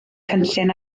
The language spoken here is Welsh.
cynllun